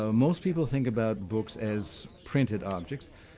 ah most people think about books as printed objects,